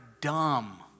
dumb